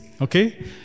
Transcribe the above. okay